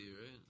right